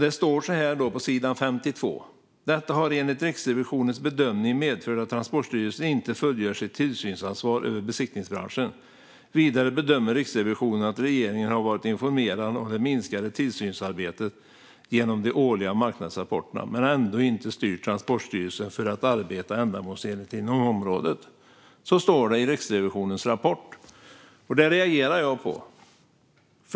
Det står så här på sidan 52: "Detta har enligt Riksrevisionens bedömning medfört att Transportstyrelsen inte fullgör sitt tillsynsansvar över besiktningsbranschen. Vidare bedömer Riksrevisionen att regeringen har varit informerad om det minskande tillsynsarbetet genom de årliga marknadsrapporterna, men ändå inte styrt Transportstyrelsen för att arbeta ändamålsenligt inom området." Så står det i Riksrevisionens rapport, och det reagerar jag på.